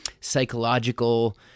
psychological